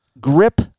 grip